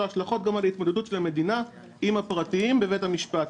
השלכות גם על ההתמודדות של המדינה עם הפרטיים בבית המשפט.